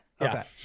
Okay